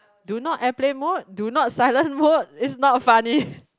do not airplane mode do not silent mode it's not funny